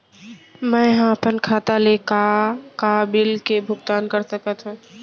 मैं ह अपन खाता ले का का बिल के भुगतान कर सकत हो